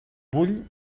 vull